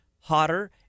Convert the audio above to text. hotter